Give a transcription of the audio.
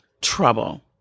trouble